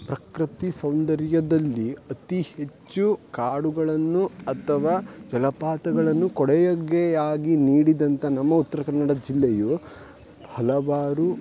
ಪ್ರಕೃತಿ ಸೌಂದರ್ಯದಲ್ಲಿ ಅತಿ ಹೆಚ್ಚು ಕಾಡುಗಳನ್ನು ಅಥವಾ ಜಲಪಾತಗಳನ್ನು ಕೊಡಯಗ್ಗೆ ಆಗಿ ನೀಡಿದಂಥ ನಮ್ಮ ಉತ್ರ ಕನ್ನಡ ಜಿಲ್ಲೆಯು ಹಲವಾರು